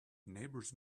neighbors